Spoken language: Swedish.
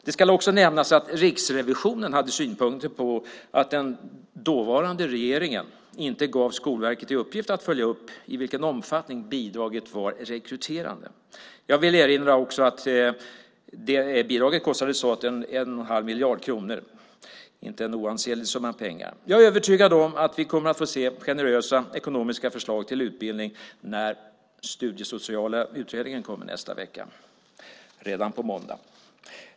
Det ska också nämnas att Riksrevisionen hade synpunkter på att den dåvarande regeringen inte gav Skolverket i uppgift att följa upp i vilken omfattning bidraget var rekryterande. Jag vill erinra om att bidraget kostade staten 1 1⁄2 miljard kronor, en inte oansenlig summa pengar. Jag är övertygad om att vi kommer att få se ekonomiskt generösa förslag om utbildning när den studiesociala utredningen nästa vecka kommer med sitt betänkande.